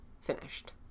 finished